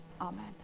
Amen